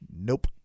Nope